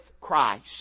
Christ